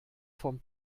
von